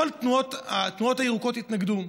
כל התנועות הירוקות התנגדו,